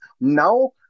Now